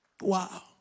Wow